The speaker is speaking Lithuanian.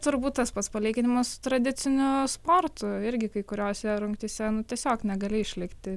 turbūt tas pats palyginimas su tradiciniu sportu irgi kai kuriose rungtyse nu tiesiog negali išlikti